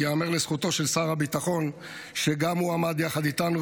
ייאמר לזכותו של שר הביטחון שגם הוא עמד יחד איתנו,